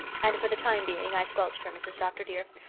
and for the time being i squelched her, mrs. dr. dear.